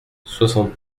soixante